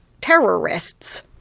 terrorists